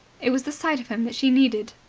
it was the sight of him that she needed.